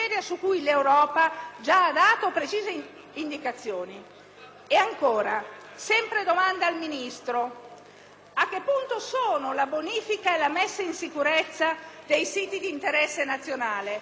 a che punto sono la bonifica e la messa in sicurezza dei siti di interesse nazionale. È vero, ci siamo scontrati sulla procedura, ma non c'è solo un problema di procedura sulle transazioni finali;